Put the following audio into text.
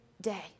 day